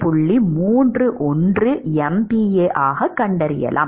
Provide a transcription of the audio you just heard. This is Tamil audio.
31 MPa ஆகக் கண்டறியலாம்